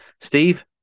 Steve